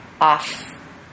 off